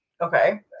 Okay